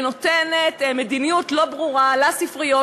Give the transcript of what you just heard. ומאפשרת מדיניות לא ברורה לספריות,